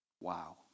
Wow